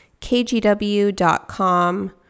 kgw.com